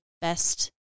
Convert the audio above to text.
best